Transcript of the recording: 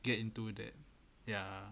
get into that ya